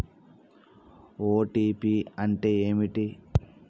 OTP అంటే ఏంటిది?